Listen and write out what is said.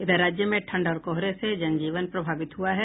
इधर राज्य में ठंड और कोहरे से जनजीवन प्रभावित हुआ है